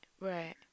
right